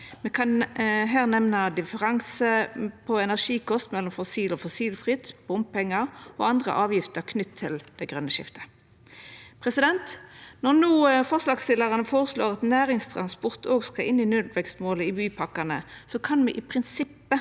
Me kan her nemna differanse på energikostnad mellom fossil og fossilfritt, bompengar og andre avgifter knytte til det grøne skiftet. Når no forslagsstillarane føreslår at næringstransport òg skal inn i nullvekstmålet i bypakkane, kan me i prinsippet